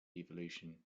evolution